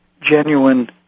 genuine